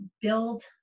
build